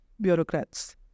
bureaucrats